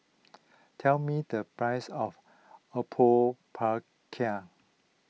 tell me the price of Apom Berkuah